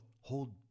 hold